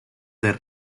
del